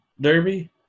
derby